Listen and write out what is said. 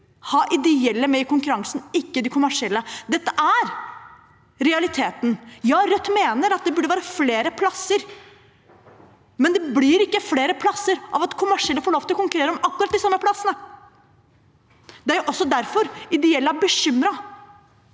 ha ideelle med i konkurransen, ikke kommersielle. Dette er realiteten. Rødt mener at det burde være flere plasser, men det blir ikke flere plasser av at kommersielle får lov til å konkurrere om akkurat de samme plassene. Det er også derfor ideelle er bekymret